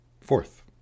fourth